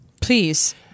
Please